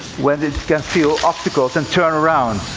where it can feel obstacles and turn around.